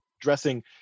dressing